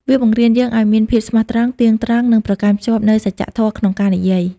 វាបង្រៀនយើងឱ្យមានភាពស្មោះត្រង់ ទៀងត្រង់ និងប្រកាន់ខ្ជាប់នូវសច្ចៈធម៌ក្នុងការនិយាយ។